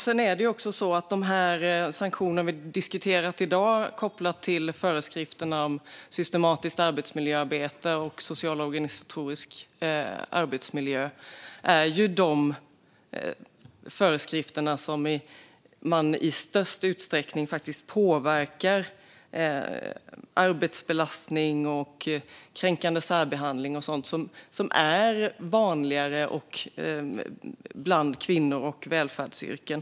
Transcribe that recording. Det är också så att de sanktioner vi diskuterat i dag, kopplade till föreskrifterna om systematiskt arbetsmiljöarbete och socialorganisatorisk arbetsmiljö, är de föreskrifter som i störst utsträckning påverkar arbetsbelastning, kränkande särbehandling och sådant som är vanligare bland kvinnor och i välfärdsyrken.